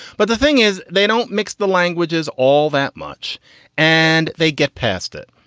but the thing is, they don't mix the languages all that much and they get past it.